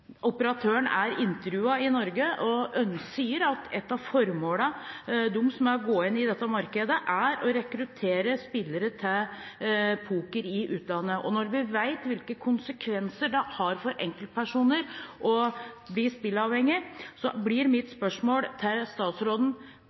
Operatøren er intervjuet i Norge og sier at et av formålene deres med å gå inn i dette markedet er å rekruttere spillere til poker i utlandet. Når vi vet hvilke konsekvenser det har for enkeltpersoner å bli spillavhengig, blir mitt spørsmål til statsråden: